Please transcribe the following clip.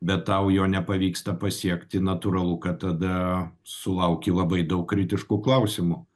bet tau jo nepavyksta pasiekti natūralu kad tada sulauki labai daug kritiškų klausimų